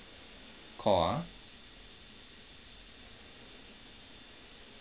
call ah